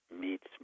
meets